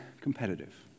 competitive